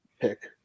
pick